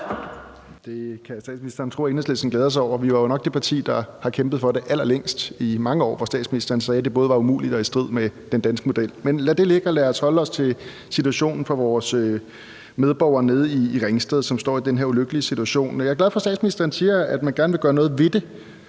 Det kan statsministeren tro at Enhedslisten glæder sig over; vi er jo nok det parti, der har kæmpet for det allerlængst – i mange år, hvor statsministeren sagde, at det både var umuligt og i strid med den danske model. Men lad det ligge, og lad os holde os til situationen for vores medborgere nede i Ringsted, som står i den her ulykkelige situation. Jeg er glad for, at statsministeren siger, at man gerne vil gøre noget ved det